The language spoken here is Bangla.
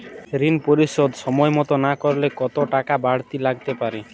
ঋন পরিশোধ সময় মতো না করলে কতো টাকা বারতি লাগতে পারে?